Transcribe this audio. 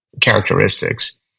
characteristics